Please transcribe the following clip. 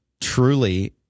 truly